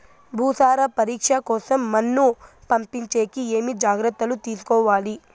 భూసార పరీక్ష కోసం మన్ను పంపించేకి ఏమి జాగ్రత్తలు తీసుకోవాలి?